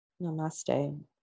Namaste